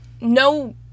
no